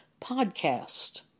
Podcast